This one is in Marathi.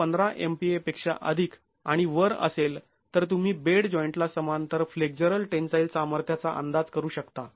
१५ MPa पेक्षा अधिक आणि वर असेल तर तुम्ही बेड जॉईंटला समांतर फ्लेक्झरल टेन्साईल सामर्थ्याचा अंदाज करू शकता